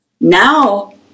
Now